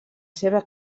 seva